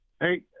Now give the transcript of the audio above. Hey